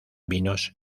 vinos